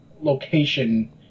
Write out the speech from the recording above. location